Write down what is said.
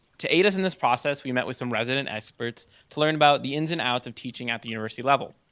to aid us in this process, we met with some resident experts to learn about the ins and outs of teaching at the university level.